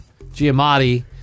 Giamatti